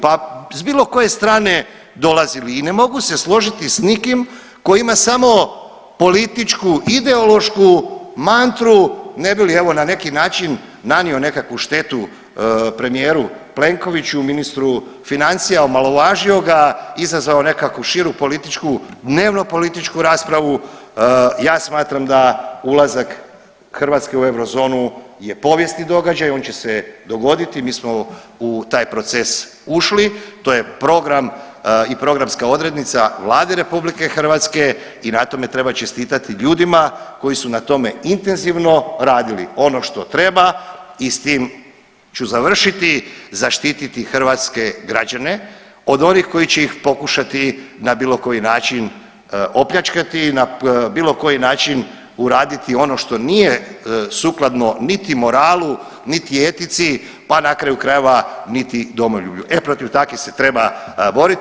Pa s bilo koje stane dolazili i ne mogu se složiti s nikim koji ima samo političku ideološku mantru ne bi li evo na neki način nanio nekakvu štetu premijeru Plenkoviću i ministru financija, omalovažio ga i izazvao nekakvu širu političku, dnevnopolitičku raspravu, ja smatram da ulazak Hrvatske u eurozonu je povijesni događaj, on će se dogoditi, mi smo u taj proces ušli, to je program i programska odrednica Vlade RH i na tome treba čestitati ljudima koji su na tome intenzivno radili ono što treba i s tim ću završiti, zaštiti hrvatske građane od onih koji će ih pokušati na bilo koji način opljačkati, na bilo koji način uraditi ono što nije sukladno niti moralu, niti etici, pa na kraju krajeva niti domoljublju, e protiv takvih se treba boriti.